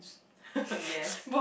yes